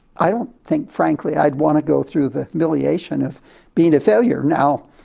i don't think frankly i'd want to go through the humiliation of being a failure. now,